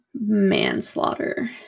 manslaughter